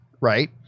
right